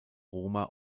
roma